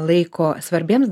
laiko svarbiems